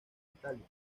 italia